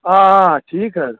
آ آ ٹھیٖک حظ